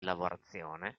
lavorazione